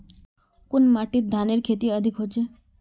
कुन माटित धानेर खेती अधिक होचे?